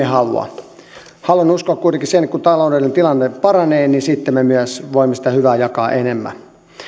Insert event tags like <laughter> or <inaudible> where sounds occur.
<unintelligible> halua haluan uskoa kuitenkin sen että kun taloudellinen tilanne paranee niin sitten me myös voimme sitä hyvää jakaa enemmän